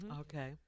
Okay